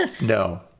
no